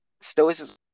stoicism